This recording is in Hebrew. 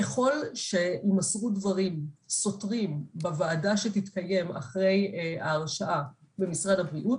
ככל שיימסרו דברים סותרים בוועדה שתתקיים אחרי ההרשעה במשרד הבריאות,